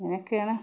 അങ്ങനെയൊക്കെയാണ്